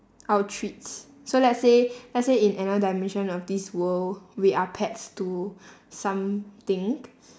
our treats so let's say let's say in another dimension of this world we are pets to something